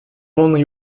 only